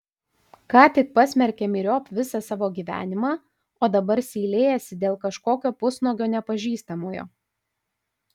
ką tik pasmerkė myriop visą savo gyvenimą o dabar seilėjasi dėl kažkokio pusnuogio nepažįstamojo